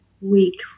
week